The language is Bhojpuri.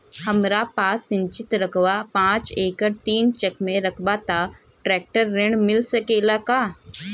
हमरा पास सिंचित रकबा पांच एकड़ तीन चक में रकबा बा त ट्रेक्टर ऋण मिल सकेला का?